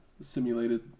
simulated